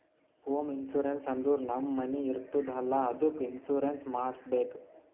home insurance ಅಂದುರ್ ನಮ್ ಮನಿ ಇರ್ತುದ್ ಅಲ್ಲಾ ಅದ್ದುಕ್ ಇನ್ಸೂರೆನ್ಸ್ ಮಾಡುಸ್ಬೇಕ್